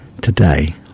today